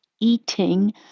eating